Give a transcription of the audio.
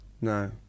no